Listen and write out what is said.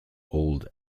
old